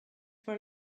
for